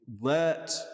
let